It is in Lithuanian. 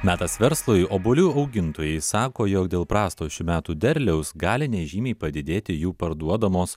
metas verslui obuolių augintojai sako jog dėl prasto šių metų derliaus gali nežymiai padidėti jų parduodamos